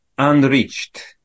Unreached